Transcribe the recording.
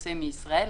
שיוצא מישראל,